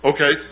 Okay